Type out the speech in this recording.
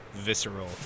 visceral